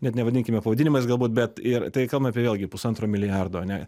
net nevadinkime pavadinimais galbūt bet ir tai kalbam apie vėlgi pusantro milijardo ane